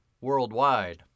worldwide